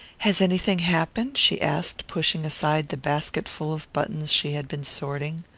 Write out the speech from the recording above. has anything happened? she asked, pushing aside the basketful of buttons she had been sorting.